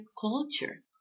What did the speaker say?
culture